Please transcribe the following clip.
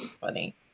funny